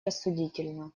рассудительно